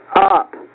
up